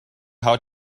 how